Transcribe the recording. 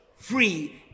free